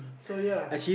so ya